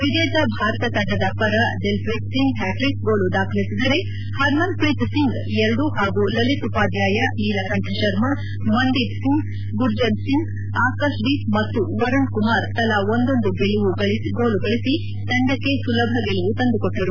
ವಿಜೇತ ಭಾರತ ತಂಡದ ಪರ ದಿಲ್ಪ್ರೀತ್ ಸಿಂಗ್ ಹಾಟಿಕ್ ಗೋಲು ದಾಖಲಿಬದರೆ ಹರ್ಮನ್ಪ್ರೀತ್ ಸಿಂಗ್ ಎರಡು ಹಾಗೂ ಲಲಿತ್ ಉಪಾಧ್ಯಾಯ ನೀಲಕಂಠ ಶರ್ಮಾ ಮಂದೀಪ್ ಸಿಂಗ್ ಗುರ್ಜಂತ್ ಸಿಂಗ್ ಆಕಾಶ್ದೀಪ್ ಮತ್ತು ವರುಣ್ ಕುಮಾರ್ ತಲಾ ಒಂದೊಂದು ಗೆಲುವು ಗಳಿಸಿ ತಂಡಕ್ಕೆ ಸುಲಭ ಗೆಲುವು ತಂದುಕೊಟ್ಟರು